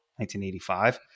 1985